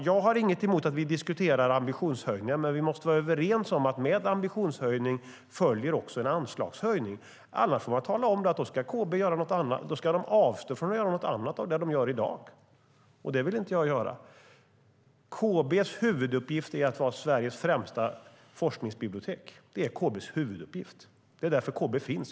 Jag har inget emot att vi diskuterar ambitionshöjningar, men vi måste vara överens om att med en ambitionshöjning följer en anslagshöjning. Annars får man tala om för KB att de ska avstå från att göra något av det de gör i dag, och det vill inte jag göra. KB:s huvuduppgift är att vara Sveriges främsta forskningsbibliotek. Det är och har alltid varit KB:s huvuduppgift. Det är därför KB finns.